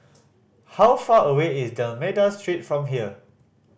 how far away is D'Almeida Street from here